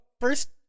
first